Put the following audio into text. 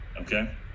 Okay